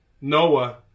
Noah